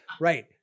right